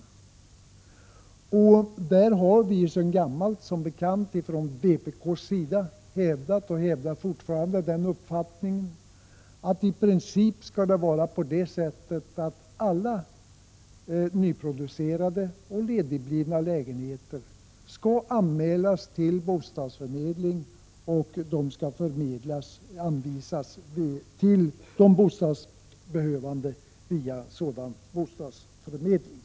Som bekant har vpk sedan gammalt hävdat, och hävdar fortfarande, uppfattningen att i princip alla nyproducerade och lediga lägenheter skall anmälas till bostadsförmedlingen och anvisas till de bostadsbehövande via bostadsförmedling.